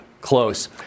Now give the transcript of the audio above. Close